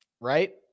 right